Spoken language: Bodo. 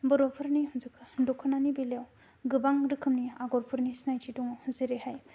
बर'फोरनि दख'नानि बिलायाव गोबां आगरनि सिनायथि दं जेरैहाय